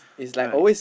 right